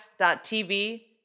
TV